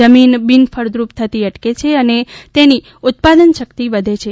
જમીન બિનફળદ્ર્પ થતી એટકે છે અને તેની ઉત્પાદનશક્તિ વધે છે